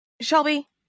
Shelby